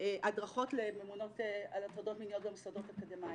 הדרכות לממונות על הטרדות מיניות במוסדות אקדמיים.